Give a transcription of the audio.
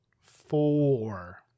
four